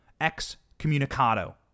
Excommunicado